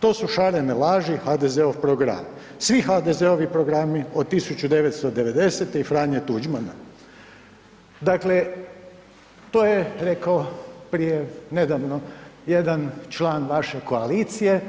To su šarene laži i HDZ-ov program, svi HDZ-ovi programi od 1990. i Franje Tuđmana.“ Dakle, to je rekao prije nedavno jedan član vaše koalicije